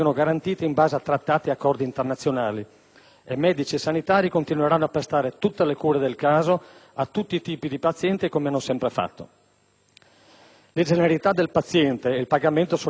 medici e sanitari continueranno a prestare tutte le cure del caso a tutti i tipi di pazienti, come hanno sempre fatto. Le generalità del paziente e il pagamento sono infatti competenze più amministrative che sanitarie.